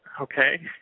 Okay